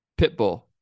Pitbull